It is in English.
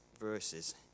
verses